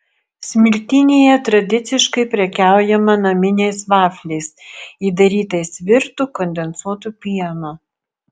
smiltynėje tradiciškai prekiaujama naminiais vafliais įdarytais virtu kondensuotu pienu